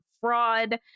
Fraud